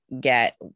get